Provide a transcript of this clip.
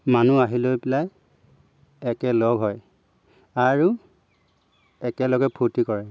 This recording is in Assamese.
মানুহ আহিলৈ পেলাই একে লগ হয় আৰু একেলগে ফূৰ্তি কৰে